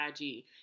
IG